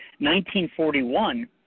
1941